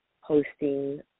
hosting